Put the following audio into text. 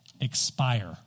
expire